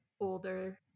older